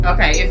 Okay